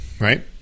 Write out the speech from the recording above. right